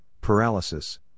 paralysis